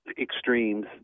extremes